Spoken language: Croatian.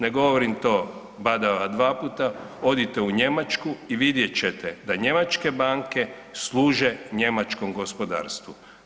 Ne govorim to badava 2 puta, odite u Njemačku i vidjet ćete da njemačke banke služe njemačkom gospodarstvu.